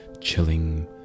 chilling